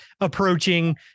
approaching